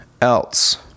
else